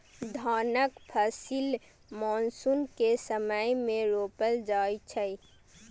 धानक फसिल मानसून के समय मे रोपल जाइ छै